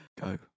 Go